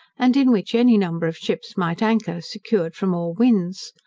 and in which any number of ships might anchor, secured from all winds.